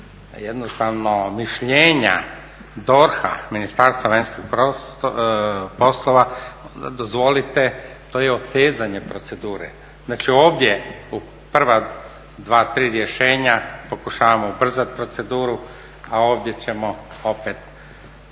jednostavno mišljenja DORH-a Ministarstva vanjskih poslova, dozvolite to je otezanje procedure. Znači ovdje u prva dva, tri rješenja pokušavamo ubrzati proceduru a ovdje ćemo opet